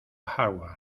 harvard